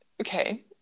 Okay